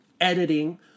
editing